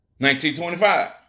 1925